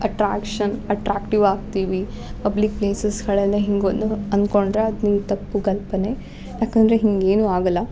attraction attractive ಆಗ್ತೀವಿ public ಪ್ಲೇಸಸ್ಗಳಲ್ಲಿ ಹಿಂಗೆ ಒಂದು ಅಂದ್ಕೊಂಡ್ರೆ ಅದು ನಿಮ್ಮ ತಪ್ಪು ಕಲ್ಪನೆ ಏಕಂದ್ರೆ ಹಿಂಗೆ ಏನೂ ಆಗಲ್ಲ